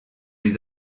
les